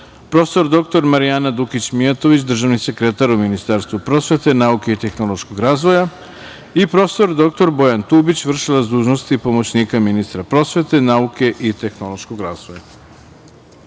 prof. dr Marijana Dukić Mijatović, državni sekretar u Ministarstvu prosvete, nauke i tehnološkog razvoja, i prof. dr Bojan Tubić, vršilac dužnosti pomoćnika ministra prosvete, nauke i tehnološkog razvoja. Molim